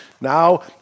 Now